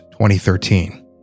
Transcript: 2013